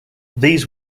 these